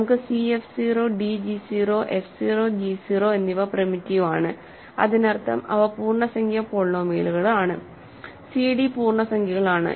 നമുക്ക് cf 0 dg 0 f 0 g 0 എന്നിവ primitive ആണ് അതിനർത്ഥം അവ പൂർണ്ണസംഖ്യാ പോളിനോമിയലുകളാണ് സിഡി പൂർണ്ണസംഖ്യകളാണ്